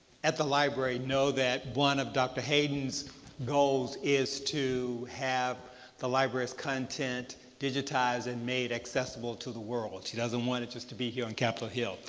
at the library know that one of dr. hayden's goals is to have the library's content digitized and made accessible to the world. she doesn't want it just to be here on capital hill.